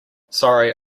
sorry